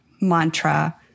mantra